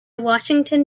washington